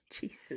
Jesus